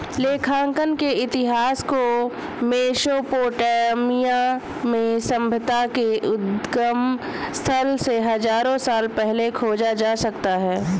लेखांकन के इतिहास को मेसोपोटामिया में सभ्यता के उद्गम स्थल से हजारों साल पहले खोजा जा सकता हैं